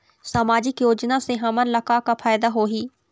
सामाजिक योजना से हमन ला का का फायदा होही?